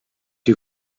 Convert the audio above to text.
you